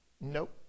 Nope